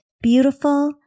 beautiful